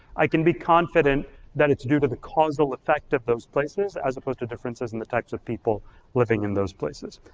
i can be confident that it's due to the causal effect of those places as opposed to differences in the types of people living in those places.